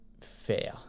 fair